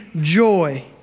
joy